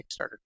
kickstarter